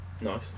Nice